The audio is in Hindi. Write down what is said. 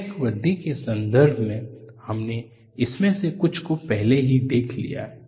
क्रैक वृद्धि के संदर्भ में हमने इनमें से कुछ को पहले ही देख लिया है